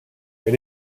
elle